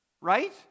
right